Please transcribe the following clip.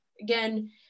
Again